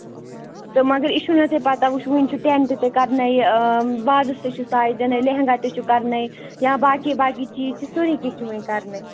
تہٕ مَگر یہِ چھُو نہ تۄہہِ پَتاہ وُچھ وُنۍ چھُ ٹینٛٹہٕ تہِ کرنَے وازَس تہِ چھےٚ سَے دِنَے لیٚہنٛگا تہِ چھُ کَرنَے یا باقٕے باقٕے چیٖز چھِ سٲرِی چیٖز چھِ ؤنہِ کرنَے